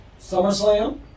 SummerSlam